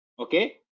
Okay